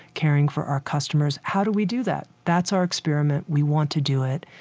caring for our customers, how do we do that? that's our experiment. we want to do it,